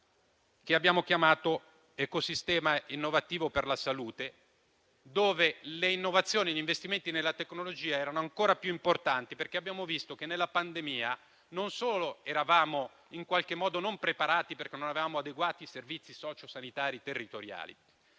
che abbiamo chiamato «Ecosistema innovativo della salute», in cui le innovazioni e gli investimenti nella tecnologia erano ancora più importanti, perché abbiamo visto che durante la pandemia non solo non eravamo preparati perché non avevamo adeguati servizi sociosanitari territoriali,